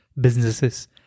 businesses